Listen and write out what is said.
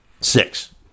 Six